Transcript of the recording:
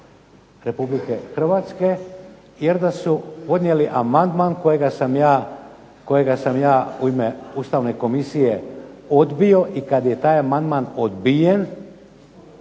Republike Hrvatske, jer da su podnijeli amandman kojega sam ja u ime Ustavne komisije odbio. I kada je taj amandman odbijen,